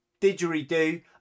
didgeridoo